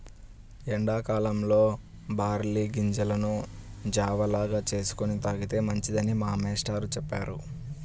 ఎండా కాలంలో బార్లీ గింజలను జావ లాగా చేసుకొని తాగితే మంచిదని మా మేష్టారు చెప్పారు